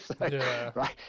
right